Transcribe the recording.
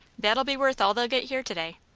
that'll be worth all they'll get here to-day.